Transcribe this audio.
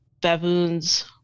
baboons